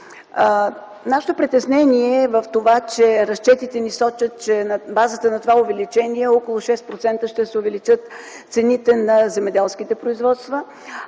Нашето притеснение е в това, че разчетите сочат, че на базата на това увеличение с около 6% ще се увеличат цените на земеделските производства,